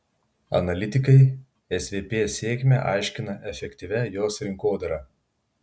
analitikai svp sėkmę aiškina efektyvia jos rinkodara